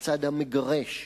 לצד המגרש,